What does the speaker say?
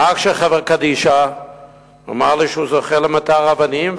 נהג של חברה קדישא אמר לי שהוא זוכה למטר אבנים,